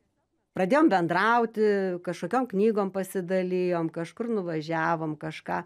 pradėjom bendrauti kažkokiom knygom pasidalijom kažkur nuvažiavom kažką